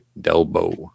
Delbo